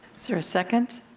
sort of second?